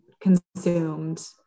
consumed